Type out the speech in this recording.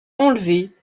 enlevés